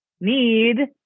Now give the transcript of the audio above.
need